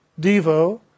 Devo